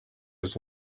his